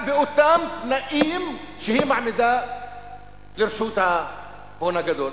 באותם תנאים שהיא מעמידה לרשות ההון הגדול?